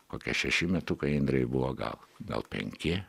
kokie šeši metukai indrei buvo gal gal penki